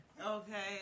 Okay